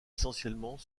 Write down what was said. essentiellement